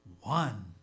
one